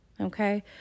okay